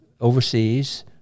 overseas